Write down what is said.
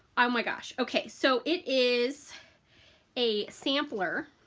oh my gosh. okay. so it is a sampler